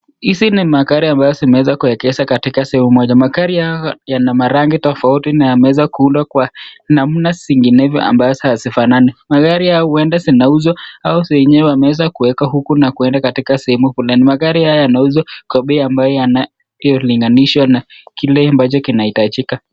Hizi ni magari ambazo zimeweza kuegeshwa katika sehemu moja. Magari haya yana marangi tofauti na yameweza kuundwa kwa namna zinginezo amabazo hazifanani. Magari haya huenda zinauzwa au zimeekwa na wenyewe wameweza kuweka huku na kuenda katika sehemu fulani. Magari haya yanauzwa kwa bei ambayo inalinganishwa na kile ambayo inahitajika.